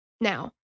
Now